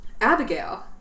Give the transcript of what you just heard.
Abigail